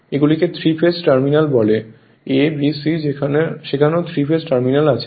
এইগুলিকে 3 phase terminal বলে A B C সেখানেও 3 ফেজ টার্মিনাল আছে